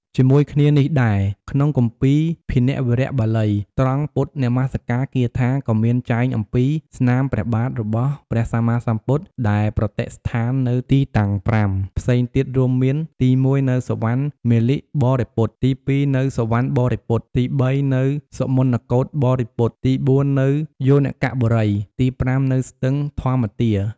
ជាមួយគ្នានេះដែរ ក្នុងគម្ពីរ ភាណវារៈបាលី ត្រង់ពុទ្ធនមក្ការគាថា ក៏មានចែងអំពី ស្នាមព្រះបាទ របស់ព្រះសម្មាសម្ពុទ្ធដែលប្រតិស្ថាននៅទីតាំង ៥ ផ្សេងទៀតរួមមានទី១ នៅសុវណ្ណមាលិបរពត ទី២ នៅសុវណ្ណបរពត ទី៣ នៅសុមនកូដបរពត ទី៤ នៅយោនកបុរី ទី៥ នៅស្ទឹងនម្មទា។